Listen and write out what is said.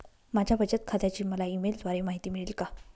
माझ्या बचत खात्याची मला ई मेलद्वारे माहिती मिळेल का?